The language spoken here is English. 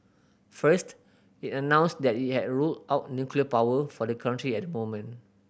first it announced that it had ruled out nuclear power for the country at the moment